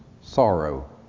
sorrow